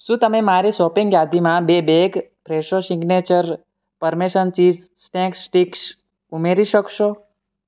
શું તમે મારી શોપિંગ યાદીમાં બે bag Fresho signature parmesan cheese snack sticks ઉમેરી શકશો